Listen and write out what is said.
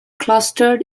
clustered